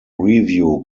review